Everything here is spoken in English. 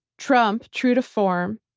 trump, true to form,